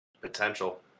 potential